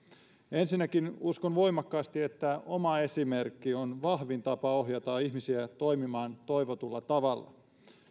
ensinnäkin uskon voimakkaasti että oma esimerkki on vahvin tapa ohjata ihmisiä toimimaan toivotulla tavalla